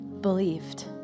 believed